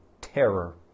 terror